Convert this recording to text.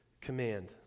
command